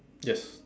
yes